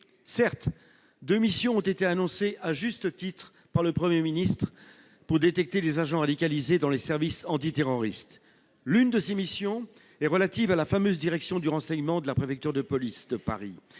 Certes, deux missions ont été annoncées à juste titre par le Premier ministre pour détecter les agents radicalisés dans les services antiterroristes. L'une de ces missions est relative à la fameuse direction du renseignement de la préfecture de police de Paris,